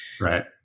Right